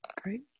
Great